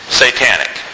satanic